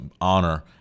honor